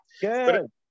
Good